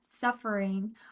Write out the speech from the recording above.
suffering